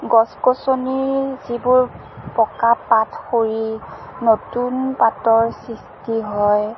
গছ গছনিৰ যিবোৰ পকা পাত সৰি নতুন পাতৰ সৃষ্টি হয়